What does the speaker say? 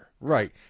Right